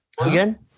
again